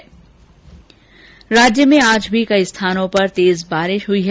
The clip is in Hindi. इस बीच राज्य में आज भी कई स्थानों पर तेज बारिश हुई है